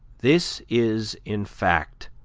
this is, in fact,